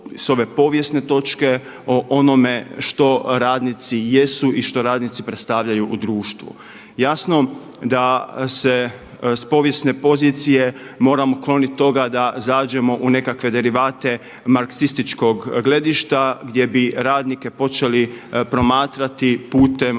s ove povijesne točke o onome što radnici jesu i što radnici predstavljaju u društvu. Jasno da se s povijesne pozicije moramo kloniti toga da zađemo u nekakve derivate marksističkog gledišta gdje bi radnike počeli promatrati putem